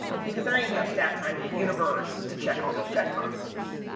because there ain't enough staff time in the universe to check all those checkboxes.